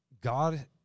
God